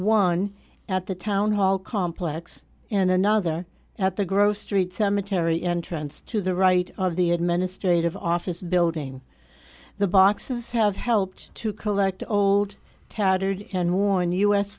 one at the town hall complex and another at the gros street cemetery entrance to the right of the administrative office building the boxes have helped to collect old tattered and worn u